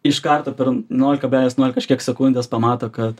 iškarto per nol kablelis kažkiek sekundės pamato kad